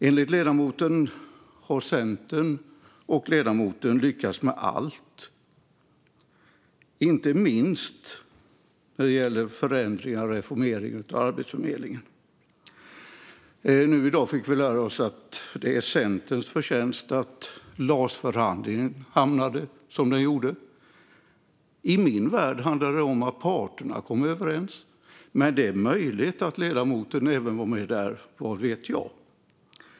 Enligt ledamoten har Centern och ledamoten lyckats med allt, inte minst när det gäller förändringar och reformering av Arbetsförmedlingen. Nu i dag fick vi lära oss att det är Centerns förtjänst att LAS-förhandlingen landade som den gjorde. I min värld handlar det om att parterna kom överens, men det är möjligt att ledamoten var med även där - vad vet jag?